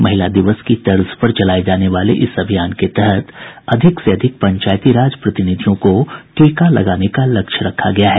महिला दिवस की तर्ज पर चलाये जाने वाले इस अभियान के तहत अधिक से अधिक पंचायती राज प्रतिनिधियों को टीका लगाने का लक्ष्य रखा गया है